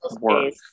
work